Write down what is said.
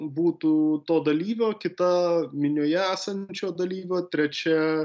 būtų to dalyvio kita minioje esančio dalyvio trečia